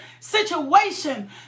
situation